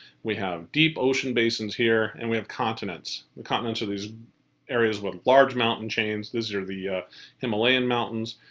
we have deep ocean basins here and we have continents. the continents are these areas with large mountain chains, these are the himalayan mountains,